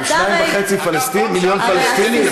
עם 2.5 מיליון פלסטינים?